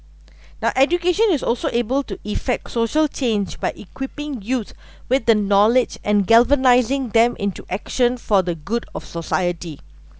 now education is also able to effect social change by equipping youth with the knowledge and galvanizing them into action for the good of society